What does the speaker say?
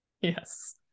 Yes